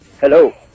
Hello